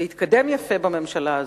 והתקדם יפה בממשלה הזאת,